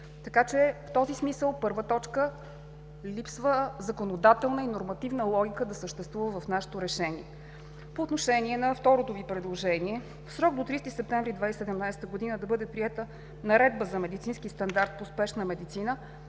такъв отчет. В този смисъл липсва законодателна и нормативна логика първа точка да съществува в нашето решение. По отношение на второто Ви предложение – в срок до 30 септември 2017 г. да бъде приета наредба за медицински стандарт по спешна медицина,